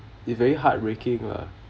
it very heartbreaking lah